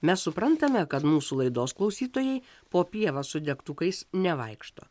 mes suprantame kad mūsų laidos klausytojai po pievą su degtukais nevaikšto